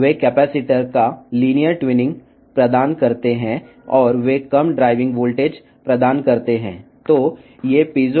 ఇవి కెపాసిటర్ యొక్క లీనియర్ ట్యూనింగ్ను మరియు తక్కువ డ్రైవింగ్ వోల్టేజ్ను అందిస్తాయి